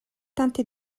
teinté